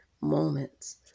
moments